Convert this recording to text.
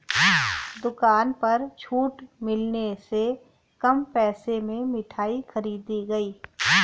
दुकान पर छूट मिलने से कम पैसे में मिठाई खरीदी गई